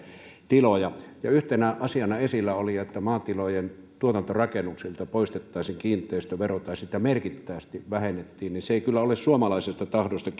tiloja kun yhtenä asiana esillä oli että maatilojen tuotantorakennuksilta poistettaisiin kiinteistövero tai sitä merkittävästi vähennettäisiin niin se ei ollut kyllä suomalaisesta tahdosta